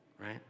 right